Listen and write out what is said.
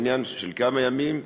עניין של כמה ימים,